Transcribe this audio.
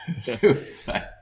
Suicide